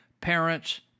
parents